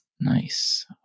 Nice